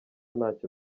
ntacyo